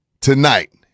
Tonight